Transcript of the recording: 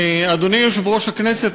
אדוני יושב-ראש הכנסת,